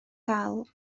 dal